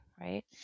right